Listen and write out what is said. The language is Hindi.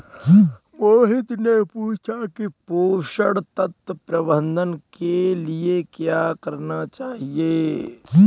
मोहित ने पूछा कि पोषण तत्व प्रबंधन के लिए क्या करना चाहिए?